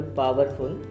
powerful।